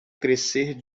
crescer